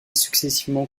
successivement